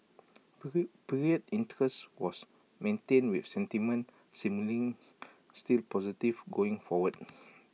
period interest was maintained with sentiment seemingly still positive going forward